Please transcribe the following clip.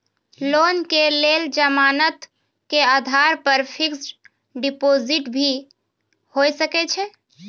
Loan के लेल जमानत के आधार पर फिक्स्ड डिपोजिट भी होय सके छै?